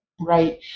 Right